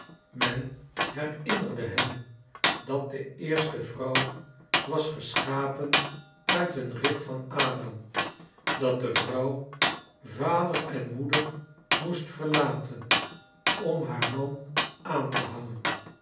men herinnerde hen dat de eerste vrouw was geschapen uit een rib van adam dat de vrouw vader en moeder moest verlaten om haar man aan te hangen